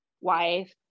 wife